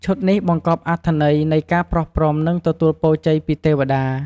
ឈុតនេះបង្កប់អត្ថន័យនៃការប្រោះព្រំ និងទទូលពរជ័យពីទេវតា។